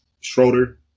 Schroeder